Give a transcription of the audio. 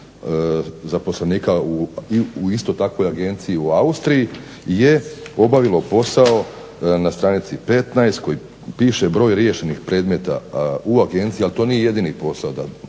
zaposlenika u isto takvoj agenciji u Austriji je obavilo posao na stranici 15. gdje piše broj riješenih predmeta u Agenciji ali to nije jedini posao moram